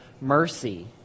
mercy